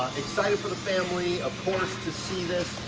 excited for the family, of course, to see this.